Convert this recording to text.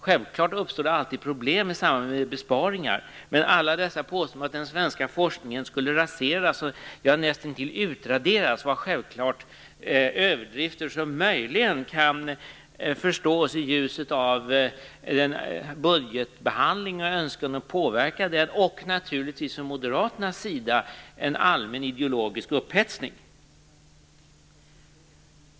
Självklart uppstår det alltid problem i samband med besparingar, men alla dessa påståenden om att den svenska forskningen skulle raseras och näst intill utraderas var självklart överdrifter som möjligen kan förstås i ljuset av den budgetbehandling och önskan att påverka den och naturligtvis från Moderaternas sida en allmän ideologisk upphetsning.